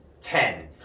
Ten